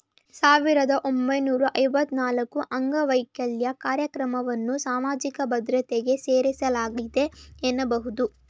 ಸಾವಿರದ ಒಂಬೈನೂರ ಐವತ್ತ ನಾಲ್ಕುಅಂಗವೈಕಲ್ಯ ಕಾರ್ಯಕ್ರಮವನ್ನ ಸಾಮಾಜಿಕ ಭದ್ರತೆಗೆ ಸೇರಿಸಲಾಗಿದೆ ಎನ್ನಬಹುದು